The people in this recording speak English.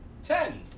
Ten